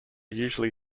usually